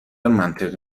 منطقی